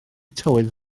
tywydd